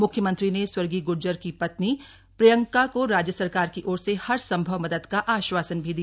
म्ख्यमंत्री ने स्वर्गीय ग्र्जर की पत्नी प्रियंका को राज्य सरकार की ओर से हर संभव मदद का आश्वासन भी दिया